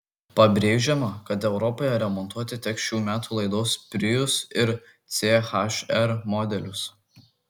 pabrėžiama kad europoje remontuoti teks šių metų laidos prius ir ch r modelius